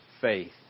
faith